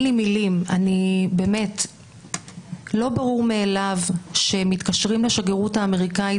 זה לא ברור מאליו שכשמתקשרים לשגרירות האמריקאית